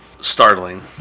startling